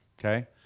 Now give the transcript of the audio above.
okay